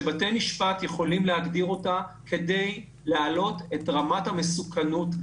שבתי משפט יכולים להגדיר אותה כדי להעלות את רמת המסוכנות.